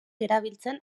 erabiltzen